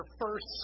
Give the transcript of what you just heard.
first